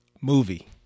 Movie